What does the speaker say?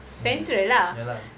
mm ya lah